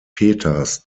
peters